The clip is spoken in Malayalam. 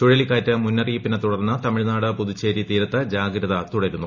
ചുഴലിക്കാറ്റ് മുന്നറിയിപ്പിനെ തുടർന്ന് തമിഴ് നാട് പുതുച്ചേരി തീരത്ത് ജാഗ്രത തുടരുന്നു